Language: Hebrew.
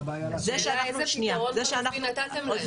השאלה היא איזה פתרון חלופי נתתם להם.